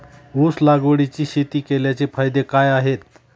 ऊस लागवडीची शेती केल्याचे फायदे काय आहेत?